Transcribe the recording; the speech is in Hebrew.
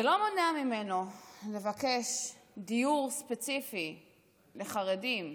זה לא מונע ממנו לבקש דיור ספציפי לחרדים,